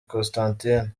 constantine